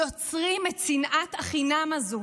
יוצרים את שנאת החינם הזו.